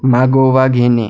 मागोवा घेणे